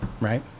right